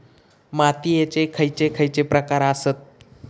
मातीयेचे खैचे खैचे प्रकार आसत?